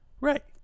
Right